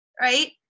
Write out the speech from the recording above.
right